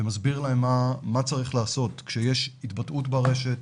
ומסביר להם מה צריך לעשות כשיש התבטאות ברשת.